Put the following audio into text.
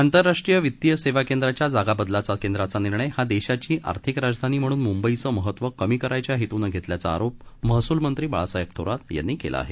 आंतरराष्ट्रीय वित्तीय सेवा केंद्राच्या जागाबदलाचा केंद्राचा निर्णय हा देशाची आर्थिक राजधानी म्हणून मुंबईचं महत्व कमी करायच्या हेतूनं घेतल्याचा आरोप महसूल मंत्री बाळासाहेब थोरात यांनी केला आहे